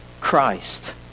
Christ